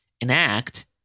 enact